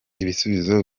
ibisubizo